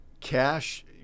Cash